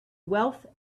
wealth